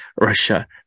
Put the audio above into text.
russia